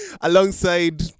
Alongside